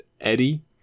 Eddie